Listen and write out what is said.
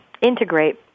integrate